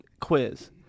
quiz